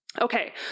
Okay